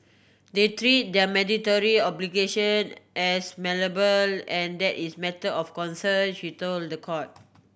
they treat their mandatory obligation as malleable and that is matter of concern she told the court